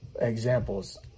Examples